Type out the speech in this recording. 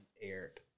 aired